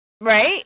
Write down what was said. Right